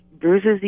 bruises